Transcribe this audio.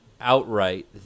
outright